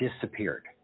disappeared